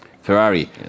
Ferrari